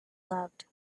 loved